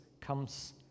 comes